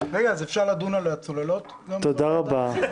תודה רבה.